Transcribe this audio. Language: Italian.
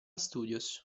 studios